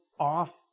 off